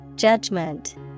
Judgment